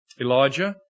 Elijah